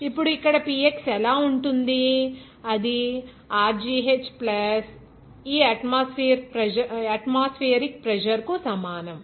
ఇప్పుడు ఇక్కడ Px ఎలా ఉంటుంది అది rgh ఈ అట్మాస్ఫియరిక్ ప్రెజర్ కు సమానం